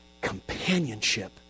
Companionship